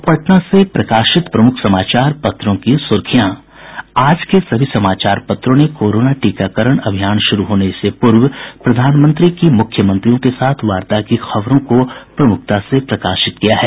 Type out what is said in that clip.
अब पटना से प्रकाशित प्रमुख समाचार पत्रों की सुर्खियां आज के सभी समाचार पत्रों ने कोरोना टीकाकरण अभियान शुरू होने से पूर्व प्रधानमंत्री की मुख्यमंत्रियों के साथ वार्ता की खबरों को प्रमुखता से प्रकाशित किया है